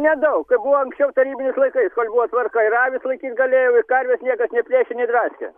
nedaug kaip buvo anksčiau tarybiniais laikais buvo tvarka ir avis laikyt galėjau ir karves niekas nei plėšė nei draskė